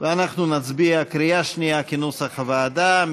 ואנחנו נצביע בקריאה שנייה כנוסח הוועדה.